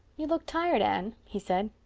you look tired, anne, he said.